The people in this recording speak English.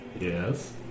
yes